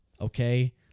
okay